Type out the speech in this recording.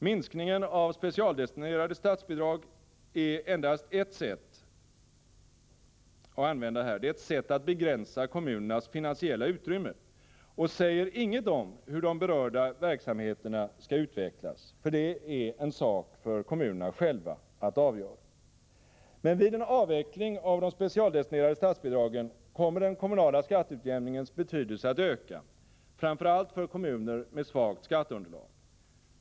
Minskningen av specialdestinerade statsbidrag är endast ett sätt att begränsa kommunernas finansiella utrymme och säger inget om hur de berörda verksamheterna skall utvecklas — det är en sak för kommunerna själva att avgöra. Men vid en avveckling av de specialdestinerade statsbidragen kommer den kommunala skatteutjämningens betydelse att öka, framför allt för kommuner med svagt skatteunderlag.